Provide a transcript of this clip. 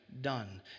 Done